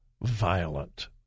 violent